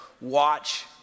watch